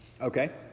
Okay